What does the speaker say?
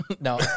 No